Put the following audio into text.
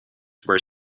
were